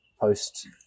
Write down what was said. post